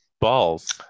balls